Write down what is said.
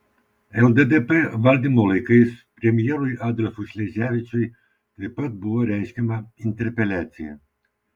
lddp valdymo laikais premjerui adolfui šleževičiui taip pat buvo reiškiama interpeliacija